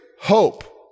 hope